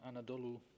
Anadolu